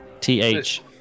T-H